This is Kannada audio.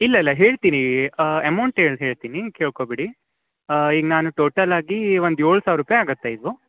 ಇಲ್ಲ ಇಲ್ಲ ಹೇಳ್ತಿನಿ ಅಮೌಂಟ್ ಹೇಳ್ ಹೇಳ್ತಿನಿ ಕೇಳ್ಕೊಬಿಡಿ ಈಗ ನಾನು ಟೋಟಲ್ ಆಗಿ ಒಂದು ಏಳು ಸಾವಿರ ರುಪಾಯಿ ಆಗುತ್ತೆ ಇದು